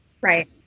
Right